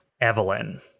Evelyn